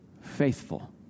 faithful